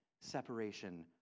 separation